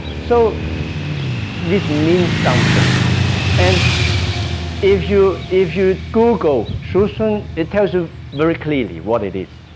so this means something and if you if you google schutzhund it tells you very clearly what it is,